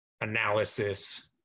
analysis